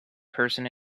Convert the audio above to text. person